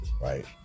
right